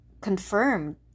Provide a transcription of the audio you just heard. confirmed